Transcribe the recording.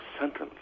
sentence